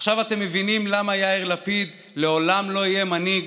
עכשיו אתם מבינים למה יאיר לפיד לעולם לא יהיה מנהיג?